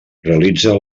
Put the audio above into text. realitza